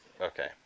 Okay